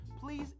please